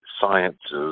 Sciences